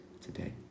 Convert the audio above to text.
today